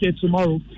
tomorrow